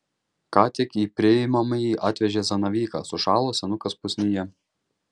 ką tik į priimamąjį atvežė zanavyką sušalo senukas pusnyje